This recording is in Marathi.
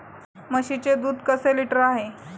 म्हशीचे दूध कसे लिटर आहे?